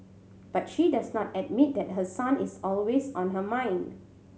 but she does not admit that her son is always on her mind